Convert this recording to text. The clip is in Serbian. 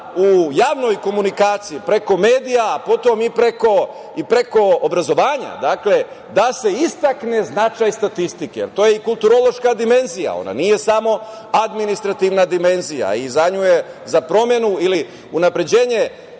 u javnoj komunikaciji preko medija, potom i preko obrazovanja, da se istakne značaj statistike, jer to je i kulturološka dimenzija, ona nije samo administrativna dimenzija i za nju je za promenu ili unapređenje